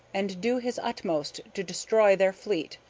and do his utmost to destroy their fleet,